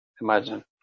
Imagine